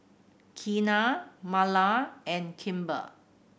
Keanna Marla and Kimber